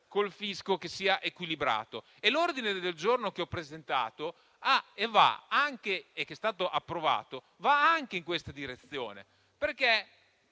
col fisco che sia equilibrato e l'ordine del giorno che ho presentato e che è stato accolto va anche in questa direzione.